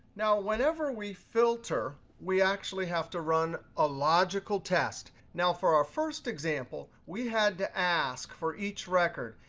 now, whenever we filter, we actually have to run a logical test. now, for our first example, we had to ask for each record,